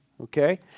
okay